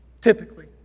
typically